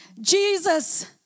Jesus